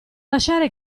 lasciare